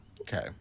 Okay